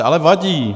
Ale vadí.